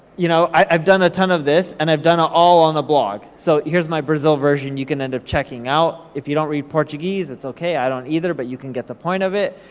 you know i've done a ton of this, and i've done it ah all on the blog. so, here's my brazil version you can end up checking out. if you don't read portuguese, it's okay. i don't either, but you can get the point of it.